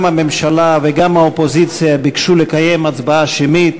גם הממשלה וגם האופוזיציה ביקשו לקיים הצבעה שמית